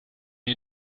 you